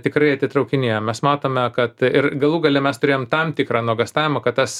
tikrai atitraukinėja mes matome kad ir galų gale mes turėjom tam tikrą nuogąstavimą kad tas